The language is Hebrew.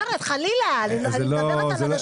חלילה; אני מדברת על אנשים בריאים.